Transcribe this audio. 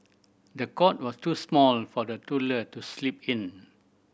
the cot was too small for the toddler to sleep in